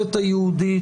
המסורת היהודית.